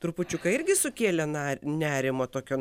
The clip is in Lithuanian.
trupučiuką irgi sukėlė na nerimo tokio